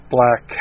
Black